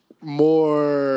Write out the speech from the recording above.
more